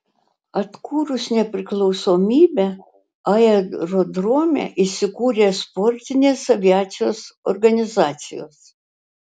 atkūrus nepriklausomybę aerodrome įsikūrė sportinės aviacijos organizacijos